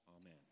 Amen